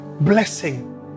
blessing